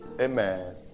Amen